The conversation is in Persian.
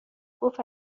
گفت